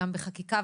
גם בחקיקה,